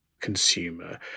consumer